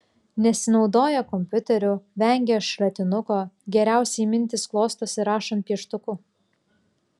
nesinaudoja kompiuteriu vengia šratinuko geriausiai mintys klostosi rašant pieštuku